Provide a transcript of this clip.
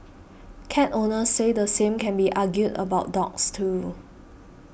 cat owners say the same can be argued about dogs too